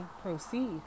proceed